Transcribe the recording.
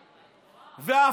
וואי, וואי, וואי.